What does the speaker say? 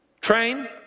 Train